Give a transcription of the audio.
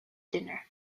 dinner